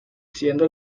siendo